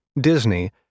Disney